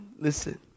Listen